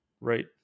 right